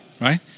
Right